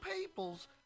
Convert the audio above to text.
peoples